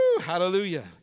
Hallelujah